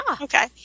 Okay